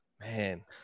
Man